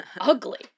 ugly